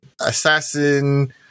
Assassin